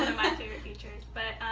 ah my favorite features. but